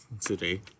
today